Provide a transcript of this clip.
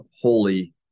holy